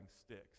sticks